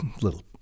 little